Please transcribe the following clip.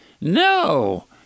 No